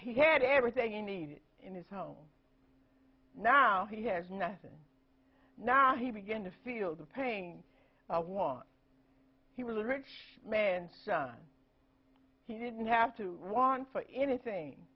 he had everything you needed in his home now he has nothing now he began to feel the pain of want he was a rich man's son he didn't have to want for anything